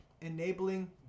enabling